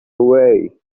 away